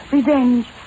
Revenge